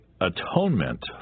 atonement